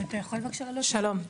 שלום.